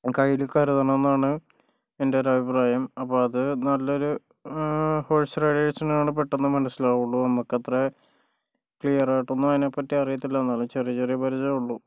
കയ്യില് കരുതണം എന്നാണ് എൻ്റെ ഒരഭിപ്രായം അപ്പോൾ അത് നല്ലൊരു ഹോർസ് റൈഡേർസിനാണ് പെട്ടന്ന് മനസ്സിലാവുള്ളൂ നമുക്കത്ര ക്ലിയറായിട്ടൊന്നും അതിനെപ്പറ്റി അറിയത്തില്ല എന്നാലും ചെറിയ ചെറിയ പരിചയമേ ഉള്ളു